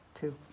Two